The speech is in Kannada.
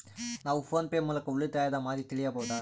ನಾವು ಫೋನ್ ಮೂಲಕ ಉಳಿತಾಯದ ಮಾಹಿತಿ ತಿಳಿಯಬಹುದಾ?